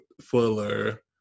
Fuller